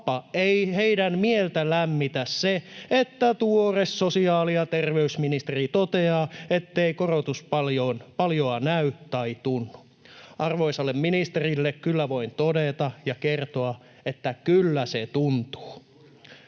tai papan mieltä lämmitä se, että tuore sosiaali- ja terveysministeri toteaa, ettei korotus paljoa näy tai tunnu. Arvoisalle ministerille kyllä voin todeta ja kertoa, että kyllä se tuntuu.